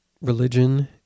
religion